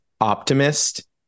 optimist